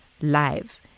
live